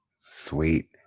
Sweet